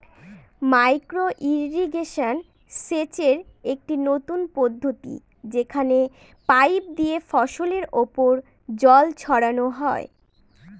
micro irrigation সেচের একটি নতুন পদ্ধতি যেখানে পাইপ দিয়ে ফসলের ওপর জল ছড়ানো হয়